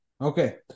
Okay